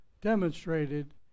demonstrated